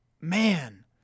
man